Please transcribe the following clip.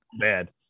bad